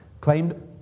claimed